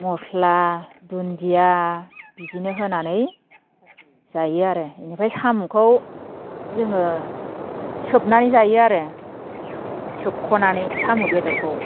मस्ला दुन्दिया बिदिनो होनानै जायो आरो इनिफ्राय साम'खौ जोङो सोबनानै जायो आरो सोबख'नानै साम' बेदरखौ